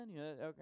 Okay